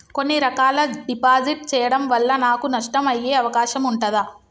కొన్ని రకాల డిపాజిట్ చెయ్యడం వల్ల నాకు నష్టం అయ్యే అవకాశం ఉంటదా?